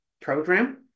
program